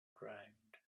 ground